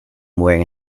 wearing